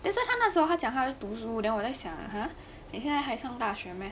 thats why 他那时候他讲他在读书 then 我在想 !huh! 你现在还上大学 meh